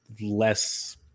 less